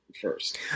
first